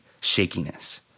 shakiness